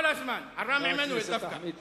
כל הזמן על רם עמנואל דווקא.